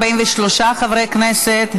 43 חברי כנסת,